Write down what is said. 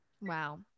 Wow